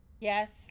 Yes